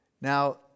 Now